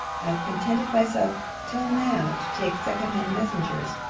i have contented myself till now to take second-hand messengers,